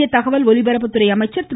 மத்திய தகவல் ஒலிபரப்புத்துறை அமைச்சர் திரு